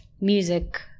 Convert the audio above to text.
music